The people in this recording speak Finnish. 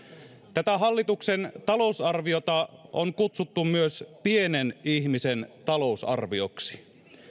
tätä hallituksen talousarviota on kutsuttu myös pienen ihmisen talousarvioksi